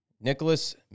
Nicholas